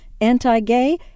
anti-gay